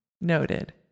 Noted